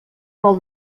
vol